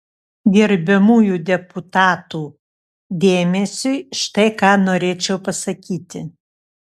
gerbiamųjų deputatų dėmesiui štai ką norėčiau pasakyti